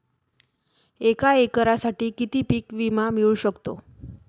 एका एकरसाठी किती पीक विमा मिळू शकतो?